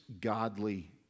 godly